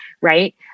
right